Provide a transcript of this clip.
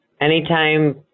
anytime